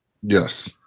Yes